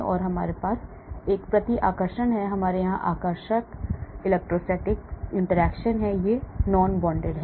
इसलिए हमारे पास प्रतिकर्षण है हमारे यहां आकर्षण इलेक्ट्रोस्टैटिक बातचीत है ये non bonded हैं